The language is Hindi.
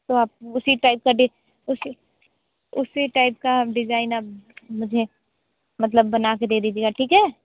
तो आप उसी टाइप का डिज़ उसी उसी टाइप का डिज़ाईन आप मुझे मतलब बना के दे दीजिएगा ठीक है